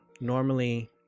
Normally